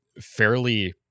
fairly